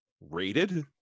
rated